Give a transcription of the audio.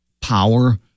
power